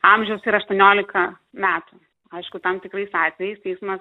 amžiaus yra aštuoniolika metų aišku tam tikrais atvejais teismas